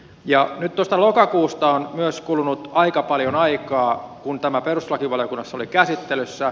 nyt tuosta lokakuusta on myös kulunut aika paljon aikaa kun tämä perustuslakivaliokunnassa oli käsittelyssä